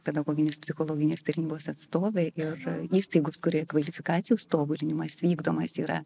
pedagoginės psichologinės tarnybos atstovė ir įstaigos kuri kvalifikacijos tobulinimas vykdomas yra